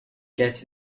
get